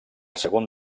segon